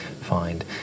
find